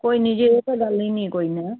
ਕੋਈ ਨਹੀਂ ਜੀ ਉਹ ਤਾਂ ਗੱਲ ਹੀ ਨਹੀਂ ਕੋਈ ਨਾ